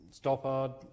Stoppard